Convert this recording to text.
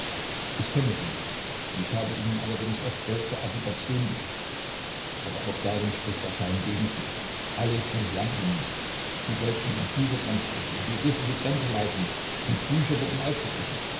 ich kenne sie nicht ich habe ihnen allerdings oft geld zur agitation geschickt aber auch darin spricht der schein gegen sie alles mißlang ihnen sie wollten den büchertransport über die russische grenze leiten die bücher wurden aufgegriffen